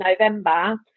november